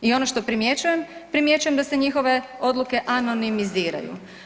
I ono što primjećujem, primjećujem da se njihove odluke anonimiziraju.